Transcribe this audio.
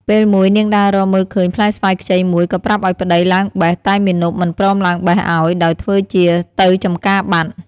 ពេលមួយនាងដើររកមើលឃើញផ្លែស្វាយខ្ចីមួយក៏ប្រាប់ឲ្យប្ដីឡើងបេះ តែមាណពមិនព្រមឡើងបេះឲ្យ ដោយធ្វើជាទៅចម្ការបាត់ ។